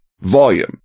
volume